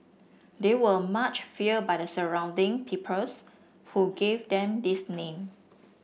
they were much feared by the surrounding peoples who gave them this name